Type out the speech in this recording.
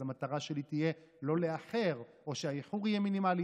אז המטרה שלי תהיה לא לאחר או שהאיחור יהיה מינימלי.